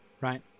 Right